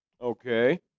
Okay